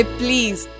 please